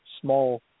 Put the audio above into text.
small